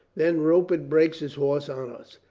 then rupert breaks his horse on us.